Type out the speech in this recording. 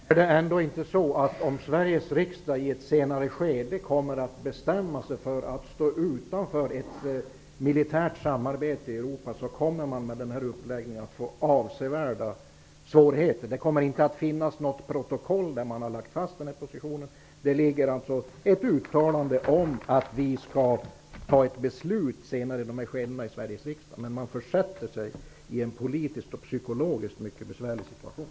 Herr talman! Är det inte så att om Sveriges riksdag i ett senare skede bestämmer sig för att stå utanför ett militärt samarbete, kommer Sverige med denna uppläggning att få avsevärda svårigheter? Det kommer inte att finnas något protokoll där denna position har lagts fast. Det finns ett uttalande om att Sveriges riksdag skall fatta ett beslut i ett senare skede. Man försätter sig i en politiskt och psykologiskt mycket besvärlig situation.